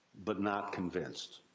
but not convinced.